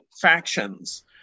Factions